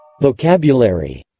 Vocabulary